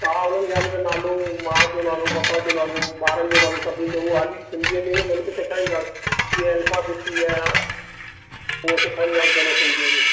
नालो मां जो नालो पापा जो नालो ॿारनि जो नालो सभिनीनि जो हाली सिंधीअ में हुननि खे सेखारींदासीं जीअं अल्फाबेट थींदी आहियां उहो सेखारींदासीं सिंधीअ में